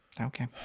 Okay